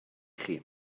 chi